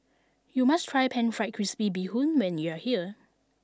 you must try pan fried crispy bee hoon when you are here